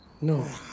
No